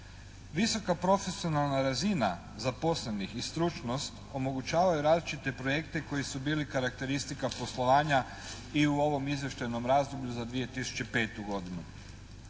Visoka profesionalna razina zaposlenih i stručnost omogućavaju različite projekte koji su bili karakteristika poslovanja i u ovom izvještajnom razdoblju za 2005. godinu.